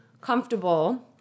comfortable